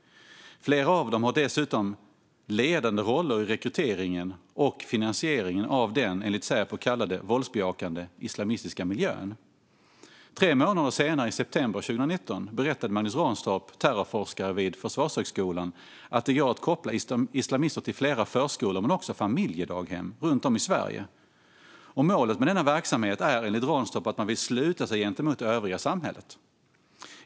Flera av dem har dessutom ledande roller i rekryteringen till och finansieringen av det som Säpo kallar den våldsbejakande islamistiska miljön. Tre månader senare, i september 2019, berättade Magnus Ranstorp, terrorforskare vid Försvarshögskolan, att det går att koppla islamister till flera förskolor men också till familjedaghem runt om i Sverige. Målet med denna verksamhet är, enligt Ranstorp, att man vill sluta sig gentemot övriga samhället.